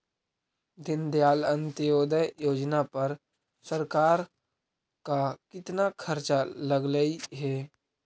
दीनदयाल अंत्योदय योजना पर सरकार का कितना खर्चा लगलई हे